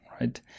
right